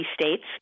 states